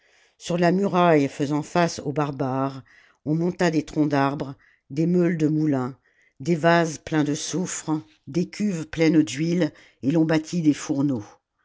sur la muraille faisant face aux barbares on monta des troncs d'arbre des meules de moulin des vases pleins de soufre des cuves pleines d'huile et l'on bâtit des fourneaux